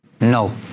no